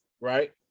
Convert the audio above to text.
Right